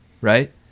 right